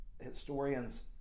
Historians